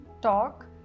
talk